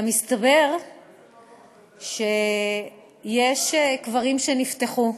גם מסתבר שיש קברים שנפתחו.